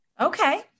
Okay